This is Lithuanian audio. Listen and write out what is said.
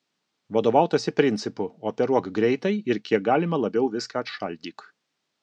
vadovautasi principu operuok greitai ir kiek galima labiau viską atšaldyk